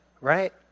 right